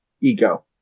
ego